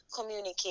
communicate